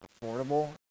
affordable